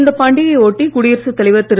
இந்தப் பண்டிகையை ஒட்டி குடியரசுத் தலைவர் திரு